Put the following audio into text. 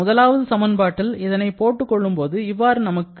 முதலாவது சமன்பாட்டில் இதனை போட்டுக் கொள்ளும்போது இவ்வாறு நமக்கு கிடைக்கிறது